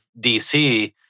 DC